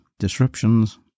Disruptions